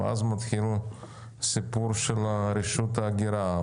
ואז מתחיל הסיפור של רשות ההגירה.